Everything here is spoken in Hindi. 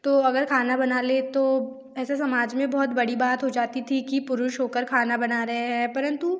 तो अगर खाना बना लें तो ऐसा समाज में बहुत बड़ी बात हो जाती थी कि पुरुष हो कर खाना बना रहे हैं परंतु